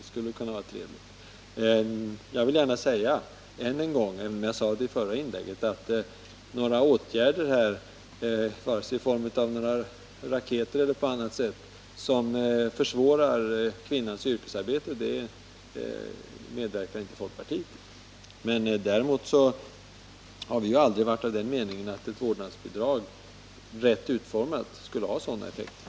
Jag vill än en gång säga, liksom jag gjorde i mitt föregående inlägg, att folkpartiet inte medverkar till några åtgärder — vare sig i form av raketer eller på något annat sätt — som försvårar kvinnans yrkesarbete. Men däremot har vi aldrig haft den meningen att ett rätt utformat vårdnadsbidrag skulle ha sådana effekter.